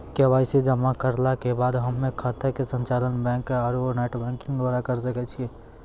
KYC जमा करला के बाद हम्मय खाता के संचालन बैक आरू नेटबैंकिंग द्वारा करे सकय छियै?